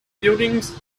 buildings